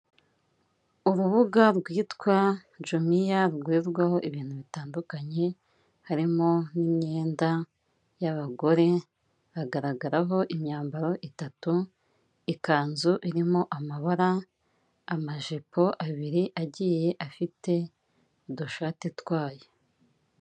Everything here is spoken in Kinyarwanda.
Urubuga rwitwa Jumiya rugurirwaho ibintu bitandukanye, harimo nk'imyenda y'abagore, hagaragaraho imyambaro itatu, ikanzu irimo amabara, amajipo abiri agiye afite udushati twayo.